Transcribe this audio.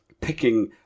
picking